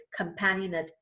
companionate